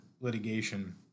litigation